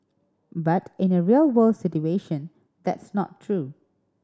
but in a real world situation that's not true